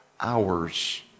hours